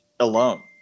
alone